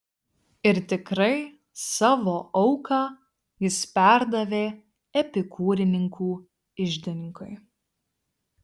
ir tikrai savo auką jis perdavė epikūrininkų iždininkui